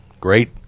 Great